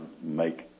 make